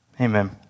Amen